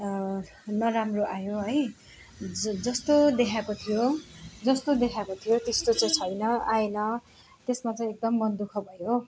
नराम्रो आयो है ज जस्तो देखाएको थियो जस्तो देखाएको थियो त्यस्तो चाहिँ छैन आएन त्यसमा चाहिँ एकदम मन दुःख भयो